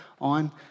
on